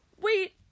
Wait